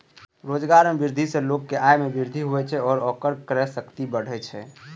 रोजगार मे वृद्धि सं लोगक आय मे वृद्धि होइ छै आ ओकर क्रय शक्ति बढ़ै छै